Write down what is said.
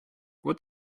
what